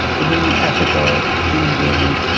to being an ethical human being,